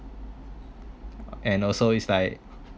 and also is like